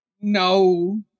no